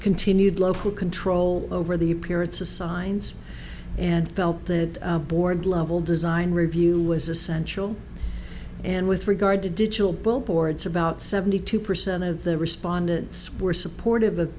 continued local control over the appearance of signs and felt that board level design review was essential and with regard to digital billboards about seventy two percent of the respondents were supportive of